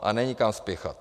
A není kam spěchat.